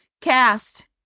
cast